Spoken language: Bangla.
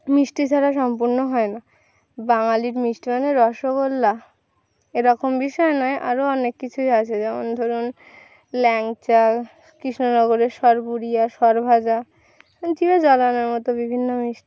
মিষ্টি ছাড়া সম্পূর্ণ হয় না বাঙালির মিষ্টি মানে রসগোল্লা এরকম বিষয় নয় আরও অনেক কিছুই আছে যেমন ধরুন ল্যাংচা কৃষ্ণনগরের সরপুরিয়া সরভাজা জিভে জল আনার মতো বিভিন্ন মিষ্টি